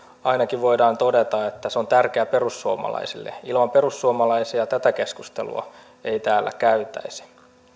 ainakin voidaan todeta että se on tärkeä perussuomalaisille ilman perussuomalaisia tätä keskustelua ei täällä käytäisi